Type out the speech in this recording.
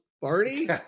Barney